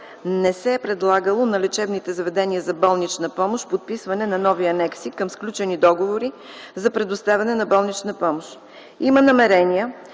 не се е предлагало на лечебните заведения за болнична помощ подписване на нови анекси към сключени договори за предоставяне на болнична помощ. Има намерения